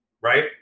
right